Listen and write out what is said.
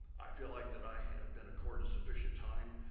i feel like that. i have been accorded sufficient time.